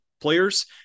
players